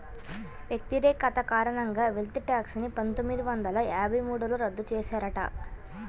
వ్యతిరేకత కారణంగా wealth tax ని పందొమ్మిది వందల యాభై మూడులో రద్దు చేశారట